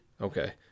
Okay